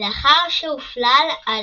לאחר שהופלל על